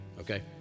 Okay